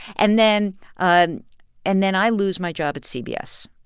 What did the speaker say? and then ah and then i lose my job at cbs.